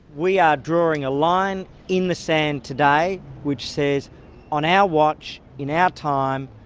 we are drawing a line in the sand today which says on our watch, in our time,